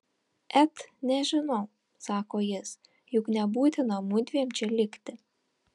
et nežinau sako jis juk nebūtina mudviem čia likti